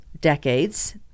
decades